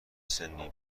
سنی